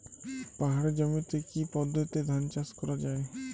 পাহাড়ী জমিতে কি পদ্ধতিতে ধান চাষ করা যায়?